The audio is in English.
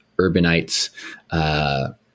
urbanites